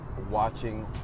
watching